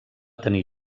tenir